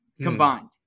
Combined